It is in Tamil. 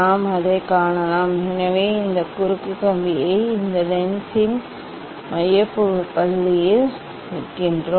நாம் அதை காணலாம் எனவே இந்த குறுக்கு கம்பியை இந்த லென்ஸின் மைய புள்ளியில் வைக்கிறோம்